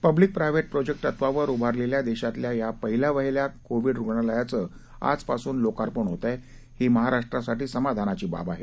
public private project तत्वावर उभारलेल्या देशातील या पहिल्यावहिल्या कोविड रुग्णालयाचं आजपासून लोकार्पण होतंय ही महाराष्ट्रासाठी समाधानाची बाब आहे